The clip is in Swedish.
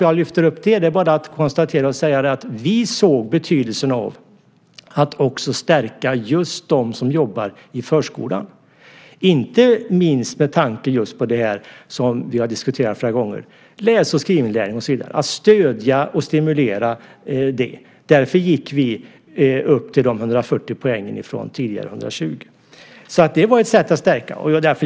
Jag lyfter fram det för att konstatera att vi såg betydelsen av att också stärka dem som jobbar i förskolan, inte minst med tanke på att behöva stödja och stimulera det som vi har diskuterat flera gånger, läs och skrivinlärning och så vidare. Därför gick vi upp till 140 poäng från tidigare 120. Det var ett sätt att stärka.